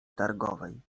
targowej